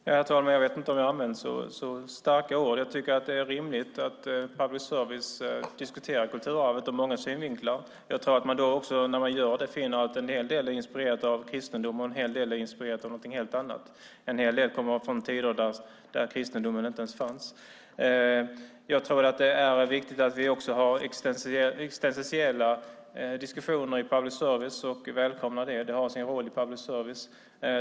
Herr talman! Jag vet inte om jag använde så starka ord. Jag tycker att det är rimligt att public service diskuterar kulturarvet ur många synvinklar. Jag tror att man när man gör det finner att en hel del är inspirerat av kristendom och en hel del är inspirerat av någonting helt annat. En hel del kommer från tider när kristendomen inte ens fanns. Jag tror att det är viktigt att vi också har existentiella diskussioner i public service och välkomnar det - det har sin roll i public service.